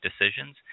decisions